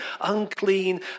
unclean